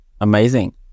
amazing